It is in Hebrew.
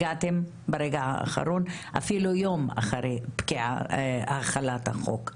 הגעתם ברגע האחרון, אפילו יום אחרי החלת החוק.